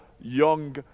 young